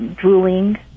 drooling